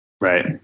Right